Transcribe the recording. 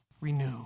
renew